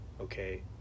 okay